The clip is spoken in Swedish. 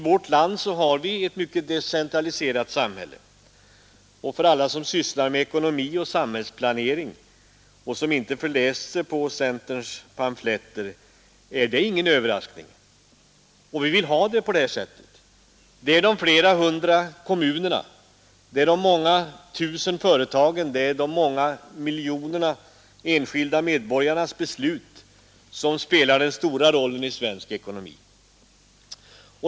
Vårt samhälle är synnerligen decentraliserat; för alla som sysslar med ekonomi och samhällsplanering och som inte förläst sig på centerns pamfletter är det ingen överraskning. Vi vill oc ha det så. Det är de flera hundra kommunerna, det är de många tusen företagen, det är de många miljonerna enskilda medborgarnas beslut som spelar den stora rollen i svenska ekonomi.